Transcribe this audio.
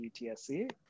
UTSC